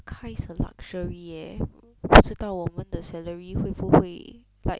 car is a luxury eh 不知道我们的 salary 会不会 like